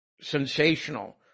sensational